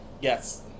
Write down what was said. Yes